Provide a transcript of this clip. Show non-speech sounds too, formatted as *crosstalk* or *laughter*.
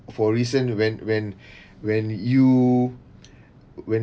for recent when when *breath* when you when